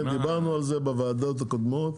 דיברנו על זה בוועדות הקודמות,